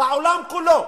בעולם כולו,